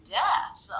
death